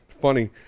funny